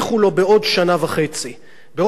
בראש הוועדה בחריש עומד נסים דהן,